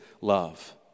love